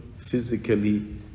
physically